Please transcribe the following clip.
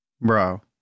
Bro